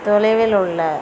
தொலைவில் உள்ள